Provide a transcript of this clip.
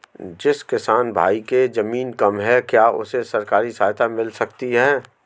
जिस किसान भाई के ज़मीन कम है क्या उसे सरकारी सहायता मिल सकती है?